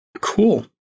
Cool